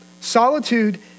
solitude